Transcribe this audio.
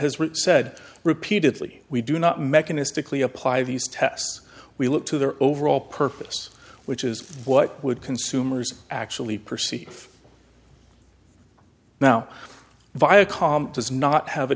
roots said repeatedly we do not mechanistically apply these tests we look to their overall purpose which is what would consumers actually perceive now viacom does not have a